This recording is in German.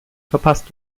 verpasst